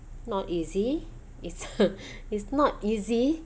not easy it's it's not easy